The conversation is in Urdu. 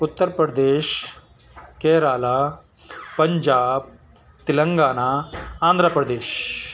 اتر پردیش کیرلہ پنجاب تلنگانہ آندھرا پردیش